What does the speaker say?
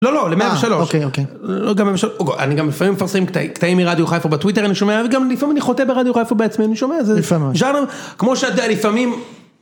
לא לא, ל-103, אני גם לפעמים מפרסם קטעים מרדיו חיפה בטוויטר, אני שומע, וגם לפעמים אני חוטא ברדיו חיפה בעצמי, אני שומע ז'אנר... לפעמים. כמו שאתה, לפעמים...